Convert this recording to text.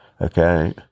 okay